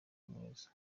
mwiza